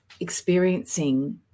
experiencing